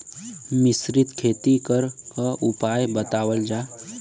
मिश्रित खेती करे क उपाय बतावल जा?